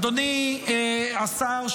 אדוני השר,